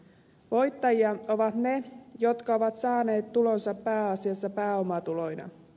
voittajia ovat ne jotka ovat saaneet tulonsa pääasiassa pääomatuloina